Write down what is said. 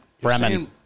Bremen